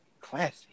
classy